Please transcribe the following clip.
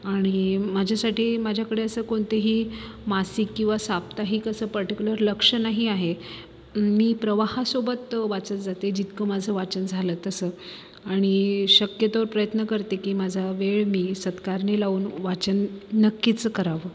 आणि माझ्यासाठी माझ्याकडे असं कोणतेही मासिक किंवा साप्ताहिक असं पर्टिक्युलर लक्ष नाही आहे मी प्रवाहासोबत वाचत जाते जितकं माझं वाचन झालं तसं आणि शक्यतोवर प्रयत्न करते की माझा वेळ मी सत्कारणी लावून वाचन नक्कीच करावं